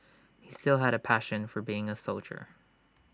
he still had A passion for being A soldier